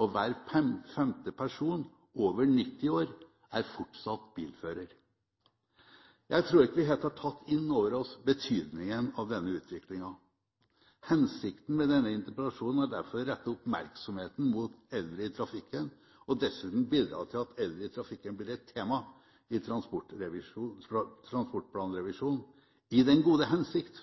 og hver femte person over 90 år er fortsatt bilfører. Jeg tror ikke vi helt har tatt inn over oss betydningen av denne utviklingen. Hensikten med denne interpellasjonen er derfor å rette oppmerksomheten mot eldre i trafikken, og dessuten bidra til at eldre i trafikken blir et tema i transportplanrevisjonen – i den gode hensikt